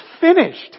finished